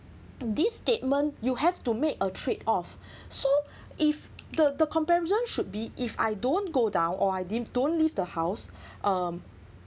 this statement you have to make a trade off so if the the comparison should be if I don't go down or I didn't don't leave the house um